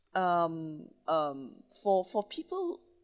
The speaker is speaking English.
um um for for people